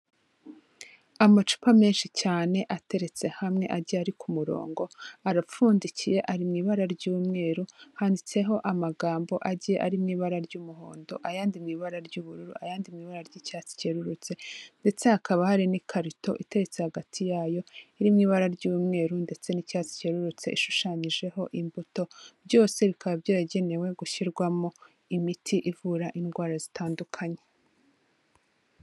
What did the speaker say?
Amacupa menshi cyane ateretse hamwe agiye ari ku murongo, arapfundikiye ari mu ibara ry'umweru, handitseho amagambo agiye ari mu ibara ry'umuhondo, ayandi mu ibara ry'ubururu, ayandi mu ibara ry'icyatsi cyerurutse, ndetse hakaba hari n'ikarito iteretse hagati yayo, iri mu ibara ry'umweru ndetse n'icyatsi cyerurutse ishushanyijeho imbuto, byose bikaba byaragenewe gushyirwamo imiti ivura indwara zitandukanye.